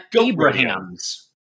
Abrahams